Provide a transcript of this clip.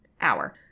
hour